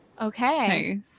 Okay